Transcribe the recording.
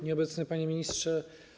Nieobecny Panie Ministrze!